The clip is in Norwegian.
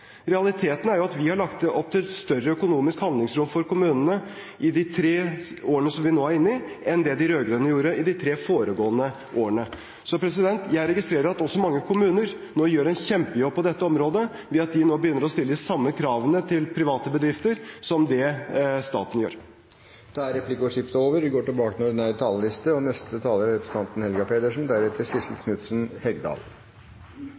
Realiteten er at vi har lagt opp til et større økonomisk handlingsrom for kommunene i de tre årene som vi nå er inne i, enn det de rød-grønne gjorde i de tre foregående årene. Jeg registrerer at også mange kommuner gjør en kjempejobb på dette området ved at de nå begynner å stille de samme kravene til private bedrifter som det staten gjør. Replikkordskiftet er omme. Jeg vil begynne med bare å kommentere at det ikke er riktig at dagens regjering viderefører kommuneøkonomien slik den